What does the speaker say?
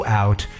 out